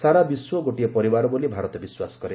ସାରା ବିଶ୍ୱ ଗୋଟିଏ ପରିବାର ବୋଲି ଭାରତ ବିଶ୍ୱାସ କରେ